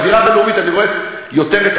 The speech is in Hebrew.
בזירה הבין-לאומית אני רואה יותר את